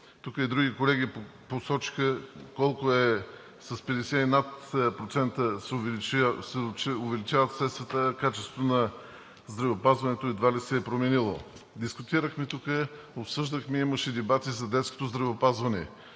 Тук и други колеги посочиха, че с 50 и над 50 процента се увеличават средствата, а качеството на здравеопазването едва ли се е променило. Дискутирахме тук, обсъждахме, имаше дебати за детското здравеопазване.